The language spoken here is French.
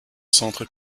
centre